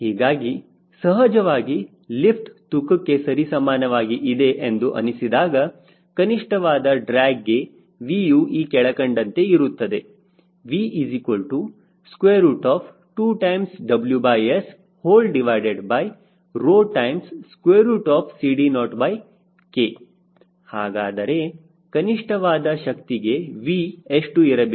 ಹೀಗಾಗಿ ಸಹಜವಾಗಿ ಲಿಫ್ಟ್ ತೂಕಕ್ಕೆ ಸರಿಸಮಾನವಾಗಿ ಇದೆ ಎಂದು ಅನಿಸಿದಾಗ ಕನಿಷ್ಠವಾದ ಡ್ರ್ಯಾಗ್ಗೆ Vಯು ಈ ಕೆಳಕಂಡಂತೆ ಇರುತ್ತದೆ V2WS CD0K ಹಾಗಾದರೆ ಕನಿಷ್ಠವಾದ ಶಕ್ತಿಗೆ V ಎಷ್ಟು ಇರಬೇಕು